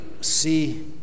see